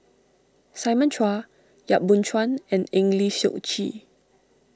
Simon Chua Yap Boon Chuan and Eng Lee Seok Chee